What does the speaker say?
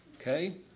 Okay